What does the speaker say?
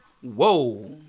Whoa